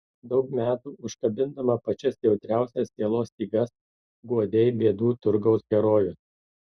daug metų užkabindama pačias jautriausias sielos stygas guodei bėdų turgaus herojus